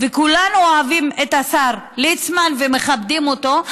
וכולנו אוהבים את השר ליצמן ומכבדים אותו,